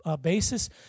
basis